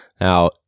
Now